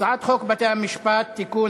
הצעת חוק בתי-המשפט (תיקון,